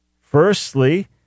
Firstly